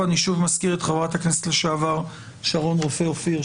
ואני שוב מזכיר את חברת הכנסת לשעבר שרון רופא אופיר,